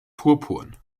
purpurn